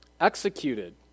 executed